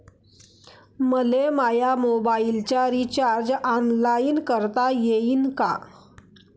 मले माया मोबाईलचा रिचार्ज ऑनलाईन करता येईन का?